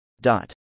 Dot